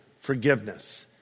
forgiveness